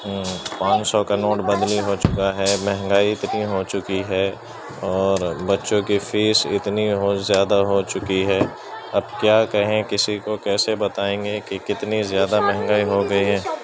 پانچ سو کا نوٹ بدلی ہو چکا ہے مہنگائی کتنی ہو چکی ہے اور بچوں کی فیس اتنی ہو زیادہ ہو چکی ہے اب کیا کہیں کسی کو کیسے بتائیں گے کہ کتنی زیادہ مہنگائی ہو گئی ہے